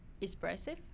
expressive